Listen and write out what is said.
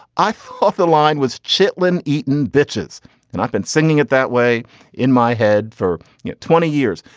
i thought the line was chitlin eating bitches and i've been singing it that way in my head for you know twenty years.